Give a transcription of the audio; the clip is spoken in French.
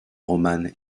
romane